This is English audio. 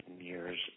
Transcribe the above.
years